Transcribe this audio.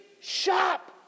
shop